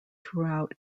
throughout